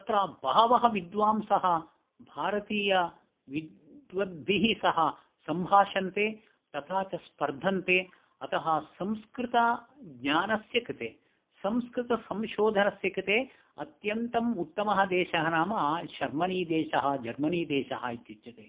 तत्र वहवः विद्वांसः भरतीयविद्वभिः सह संभाषन्ते तथा च स्पर्धन्ते अतः संस्कतज्ञान्यस्य कृते संस्कृतसंशोधनस्य कृते अत्यन्तम् उत्तमः देशः नाम शर्मणीदेशाः जर्मनी देशः इत्यचुते